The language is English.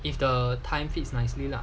if the time fits nicely lah